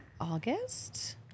August